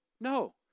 No